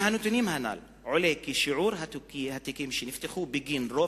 מהנתונים הנ"ל עולה כי שיעור התיקים שנפתחו בגין רוב